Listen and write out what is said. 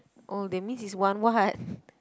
oh that mean is one what